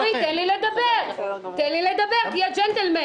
קרעי, תן לי לדבר, תהיה ג'נטלמן.